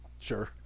Sure